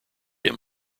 him